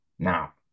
Now